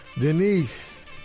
Denise